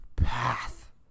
Path